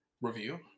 review